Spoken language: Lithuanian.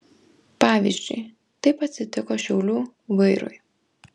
pavyzdžiui taip atsitiko šiaulių vairui